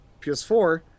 PS4